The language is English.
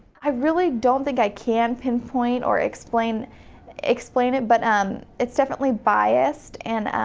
i really don't think i can pinpoint or explain explain it. but um it's definitely biased. and